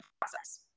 process